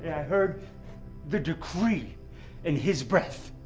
i heard the decree in his breath.